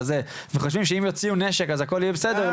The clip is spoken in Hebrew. וחושבים שאם יוציאו נשק הכל יהיה בסדר,